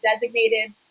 designated